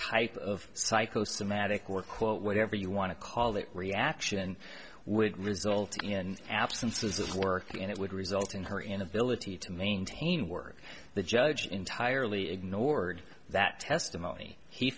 type of psychosomatic or quote whatever you want to call that reaction would result in absences of work and it would result in her inability to maintain work the judge entirely ignored that testimony he